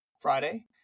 friday